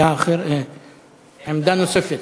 עמדה נוספת.